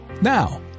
Now